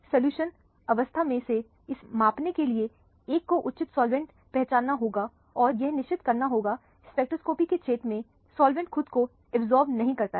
solution अवस्था में में इसे मापने के लिए एक को उचित सॉल्वेंट पहचानना होगा और यह निश्चित करना होगा स्पेक्ट्रोस्कोपी के क्षेत्र में सॉल्वेंट खुद को अब्जॉर्ब नहीं करता है